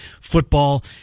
football